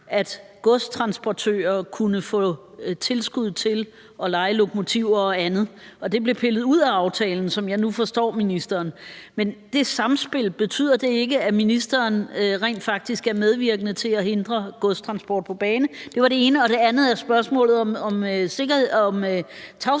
at godstransportører kunne få tilskud til at leje lokomotiver og andet, og det blev pillet ud af aftalen, som jeg nu forstår ministeren. Men betyder det samspil ikke, at ministeren rent faktisk er medvirkende til at hindre godstransport på bane? Det var det ene. Det andet er spørgsmålet om tavshedspligten